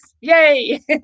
yay